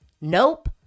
nope